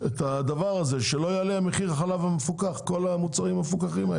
כדי שלא יעלה מחיר החלב המפוקח ומחירי כל המוצרים המפוקחים.